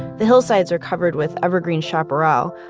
the hillsides are covered with evergreen chaparral,